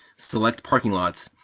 select parking lots,